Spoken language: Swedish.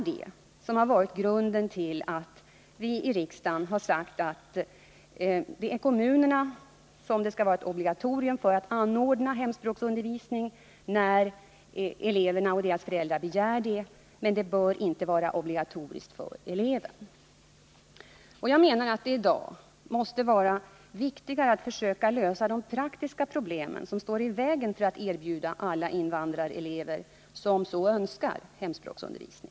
Detta har varit grunden till att vi i riksdagen har sagt att det skall vara ett obligatorium för kommunerna att anordna hemspråksundervisning när eleverna och deras föräldrar begär detta, men att det inte bör vara obligatoriskt för eleven. 1 Jag menar att det i dag måste vara viktigare att försöka lösa de praktiska problem som står i vägen för att erbjuda alla de invandrarelever som så önskar hemspråksundervisning.